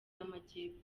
y’amajyepfo